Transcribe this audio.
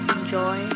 Enjoy